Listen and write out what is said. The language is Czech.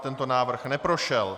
Tento návrh neprošel.